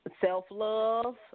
Self-love